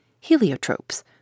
heliotropes